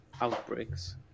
outbreaks